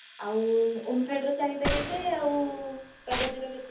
ଆଉ ଓମ୍ଫେଡର ଚାହିଦା କେତେ ଆଉ ପ୍ରଗତିର କେତେ